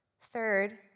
Third